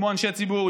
כמו אנשי ציבור,